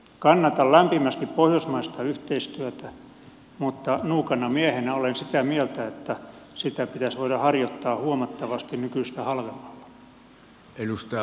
kannatan lämpimästi pohjoismaista yhteistyötä mutta nuukana miehenä olen sitä mieltä että sitä pitäisi voida harjoittaa huomattavasti nykyistä halvemmalla